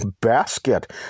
basket